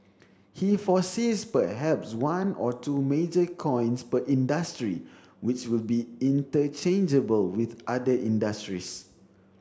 he foresees perhaps one or two major coins per industry which will be interchangeable with other industries